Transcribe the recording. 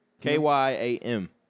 K-Y-A-M